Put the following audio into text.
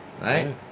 Right